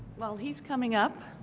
while he is coming up,